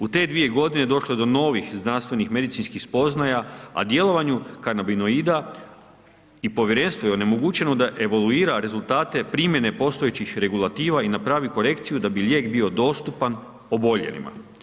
U te je 2 g. došlo do novih znanstvenih medicinskih spoznaja a djelovanju kanabinoida i povjerenstvu je onemogućeno da evoluira rezultate primjene postojećih regulativa i napravi korekciju da bi lijek bio dostupan oboljelima.